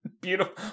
beautiful